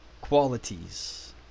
qualities